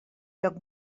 lloc